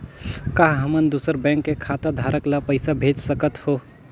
का हमन दूसर बैंक के खाताधरक ल पइसा भेज सकथ हों?